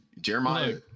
Jeremiah